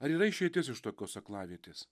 ar yra išeitis iš tokios aklavietės